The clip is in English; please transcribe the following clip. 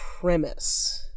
premise